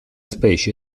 specie